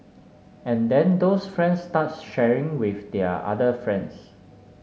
and then those friends start sharing with their other friends